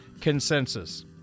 Consensus